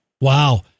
Wow